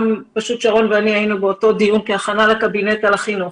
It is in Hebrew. פשוט שרון ואני היינו באותו דיון כהכנה לקבינט על החינוך.